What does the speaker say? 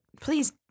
Please